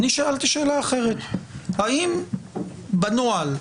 האם בנוהל,